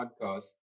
podcast